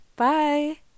Bye